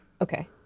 Okay